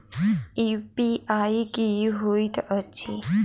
UPI की होइत अछि